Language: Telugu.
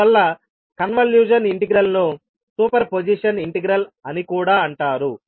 అందువల్ల కన్వల్యూషన్ ఇంటిగ్రల్ ను సూపర్ పొజిషన్ ఇంటిగ్రల్ అని కూడా అంటారు